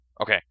Okay